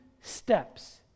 steps